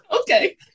Okay